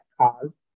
cause